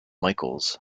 michaels